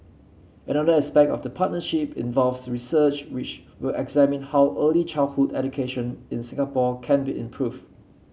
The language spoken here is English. another aspect of the partnership involves research which will examine how early childhood education in Singapore can be improved